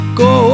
go